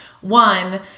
One